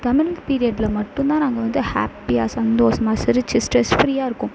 தமிழ் பீரியர்ட்டில் மட்டும் தான் நாங்கள் வந்து ஹேப்பியாக சந்தோஷமா சிரிச்சு ஸ்ட்ரெஸ் ஃப்ரீயாக இருக்கும்